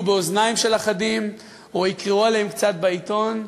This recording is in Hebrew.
באוזניים של אחדים או יקראו עליהם קצת בעיתון,